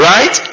Right